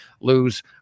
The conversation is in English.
lose